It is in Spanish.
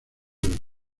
del